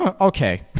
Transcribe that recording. okay